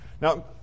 Now